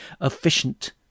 efficient